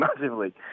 massively